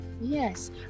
Yes